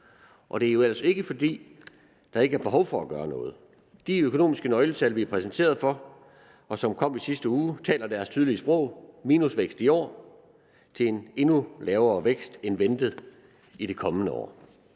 Og det er jo ellers ikke, fordi der ikke er behov for at gøre noget. De økonomiske nøgletal, vi bliver præsenteret for, og som kom i sidste uge, taler deres tydelige sprog. Vi går fra minusvækst i år til en endnu lavere vækst end ventet i det kommende år.